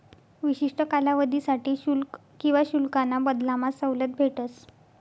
विशिष्ठ कालावधीसाठे शुल्क किवा शुल्काना बदलामा सवलत भेटस